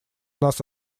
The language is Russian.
нас